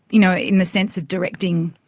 you know, in the sense of directing,